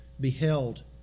beheld